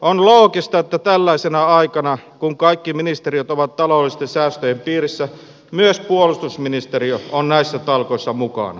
on loogista että tällaisena aikana kun kaikki ministeriöt ovat taloudellisten säästöjen piirissä myös puolustusministeriö on näissä talkoissa mukana